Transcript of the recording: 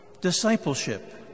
discipleship